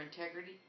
integrity